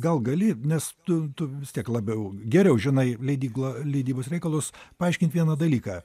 gal gali nes tu tu vis tiek labiau geriau žinai leidykla leidybos reikalus paaiškint vieną dalyką